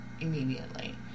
immediately